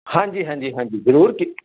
ਹਾਂਜੀ ਹਾਂਜੀ ਹਾਂਜੀ ਜ਼ਰੂਰ